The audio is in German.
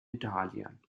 italien